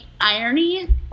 irony